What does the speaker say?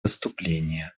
выступление